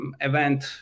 event